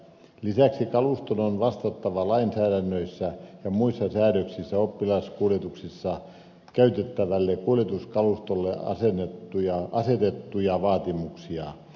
lisäksi kaluston on vastattava lainsäädännössä ja muissa säädöksissä oppilaskuljetuksissa käytettävälle kuljetuskalustolle asetettuja vaatimuksia